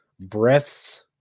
Breaths